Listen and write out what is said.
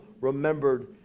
remembered